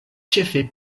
ĉefe